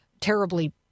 terribly